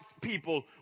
people